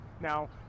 Now